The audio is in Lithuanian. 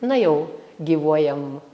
na jau gyvuojam